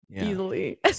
easily